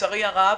לצערי הרב,